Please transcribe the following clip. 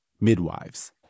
Midwives